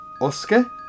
Oscar